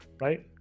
right